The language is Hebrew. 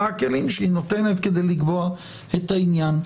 מה הכלים שהיא נותנת כדי לקבוע את העניין.